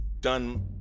done